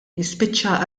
jispiċċa